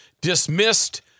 dismissed